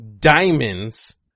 diamonds